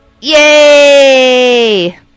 Yay